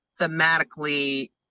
thematically